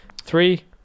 Three